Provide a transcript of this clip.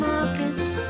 Markets